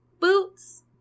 boots